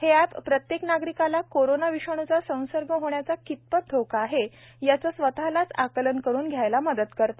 हे अप प्रत्येक नागरिकाला कोरोना विषाणूचा संसर्ग होण्याचा कितपत धोका आहे याचे स्वतःलाच आकलन करून घ्यायला मदत करते